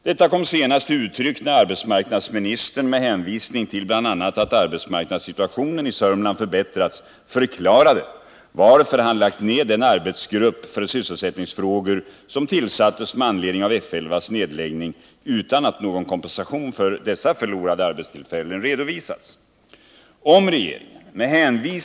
Detta kom senast till uttryck när arbetsmarknadsministern med hänvisning bl.a. till att arbetsmarknadssituationen i Södermanland förbättrats förklarade varför han lagt ned den arbetsgrupp för sysselsättningsfrågor som tillsattes med anledning av F 11:s nedläggning utan att någon kompensation för de förlorade arbetstillfällena redovisats.